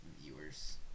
Viewers